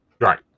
Right